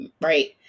Right